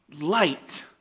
light